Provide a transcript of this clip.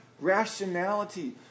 rationality